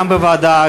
גם בוועדה,